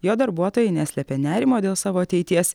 jo darbuotojai neslepia nerimo dėl savo ateities